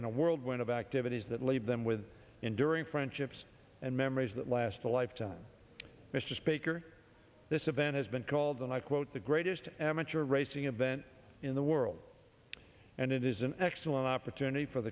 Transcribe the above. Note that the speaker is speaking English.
in a world when of activities that leave them with enduring friendships and memories that last a lifetime mr speaker this event has been called and i quote the greatest adventure racing event in the world and it is an excellent opportunity for